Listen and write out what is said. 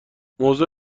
موضع